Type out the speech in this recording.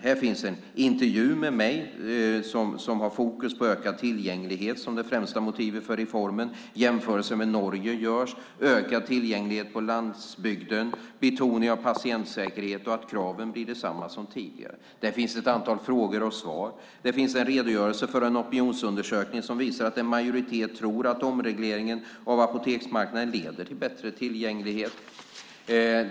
Där finns också en intervju med mig som handlar om fokus på ökad tillgänglighet som det främsta motivet för reformen. Det görs en jämförelse med Norge. Ökad tillgänglighet på landsbygden tas upp, liksom betoningen av patientsäkerheten samt att kraven blir desamma som tidigare. Där finns ett antal frågor och svar. Det redogörs för en opinionsundersökning som visar att en majoritet tror att omregleringen av apoteksmarknaden leder till bättre tillgänglighet.